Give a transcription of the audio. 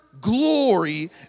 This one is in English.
glory